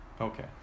okay